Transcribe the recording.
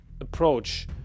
approach